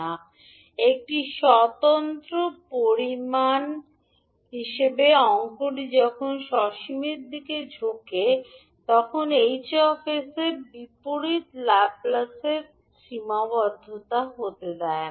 𝑓𝑖𝑛𝑖𝑡𝑒 𝑡→∞ একটি স্বতন্ত্র পরিমাণ হিসাবে অংকটি যখন অসীমের দিকে ঝোঁকে তখন 𝐻 𝑠 এর বিপরীত ল্যাপ্লেসের of 𝑠 সীমাবদ্ধ হতে দেয় না